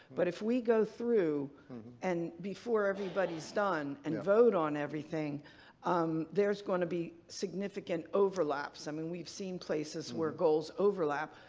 but if we go through and before everybody is done and vote on everything there's going to be significant overlaps. i mean, we've seen places where goals overlap,